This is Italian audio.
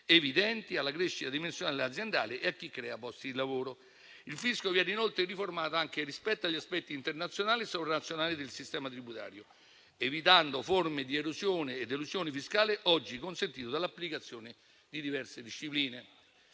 evidenti alla crescita dimensionale aziendale e a chi crea posti di lavoro. Il fisco viene inoltre riformato anche rispetto agli aspetti internazionali e sovranazionali del sistema tributario, evitando forme di erosione e di elusione fiscale oggi consentite dall'applicazione di diverse discipline.